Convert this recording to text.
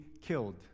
killed